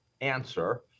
answer